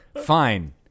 Fine